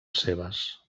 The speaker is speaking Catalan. seves